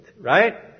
right